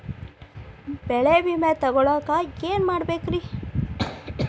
ಬೆಳೆ ವಿಮೆ ತಗೊಳಾಕ ಏನ್ ಮಾಡಬೇಕ್ರೇ?